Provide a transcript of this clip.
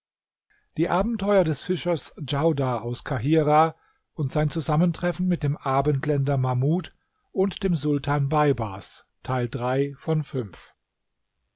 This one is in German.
die abenteuer des fischers djaudar aus kahirah und sein zusammentreffen mit dem abendländer mahmud und dem sultan beibars